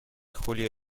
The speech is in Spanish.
julio